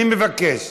אני מבקש.